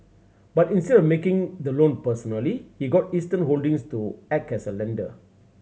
but instead of of making the loan personally he got Eastern Holdings to act as a lender